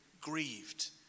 grieved